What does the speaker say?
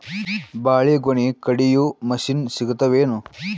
ಬಾಳಿಗೊನಿ ಕಡಿಯು ಮಷಿನ್ ಸಿಗತವೇನು?